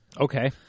okay